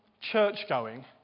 church-going